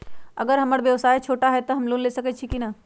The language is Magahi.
अगर हमर व्यवसाय छोटा है त हम लोन ले सकईछी की न?